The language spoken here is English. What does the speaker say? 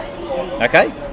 Okay